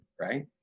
right